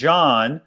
John